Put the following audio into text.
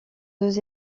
deux